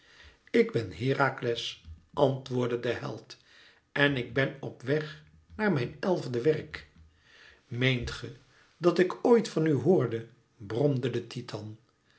ik ben herakles antwoordde de held en ik ben op weg naar mijn elfde werk meent ge dat ik ooit van u hoorde bromde de titan